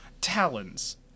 talons